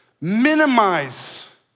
minimize